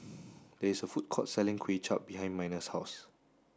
there is a food court selling Kuay Chap behind Miner's house